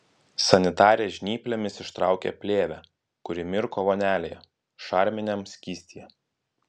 sanitarė žnyplėmis ištraukė plėvę kuri mirko vonelėje šarminiam skystyje